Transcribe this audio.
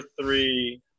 three